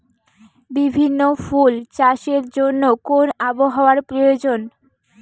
বিভিন্ন ফুল চাষের জন্য কোন আবহাওয়ার প্রয়োজন?